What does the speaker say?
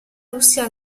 russia